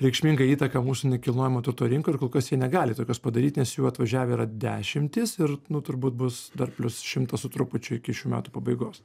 reikšmingą įtaką mūsų nekilnojamo turto rinkoj ir kol kas jie negali tokios padaryt nes jų atvažiavę yra dešimtys ir nu turbūt bus dar plius šimtas su trupučiu iki šių metų pabaigos